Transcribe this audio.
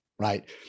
Right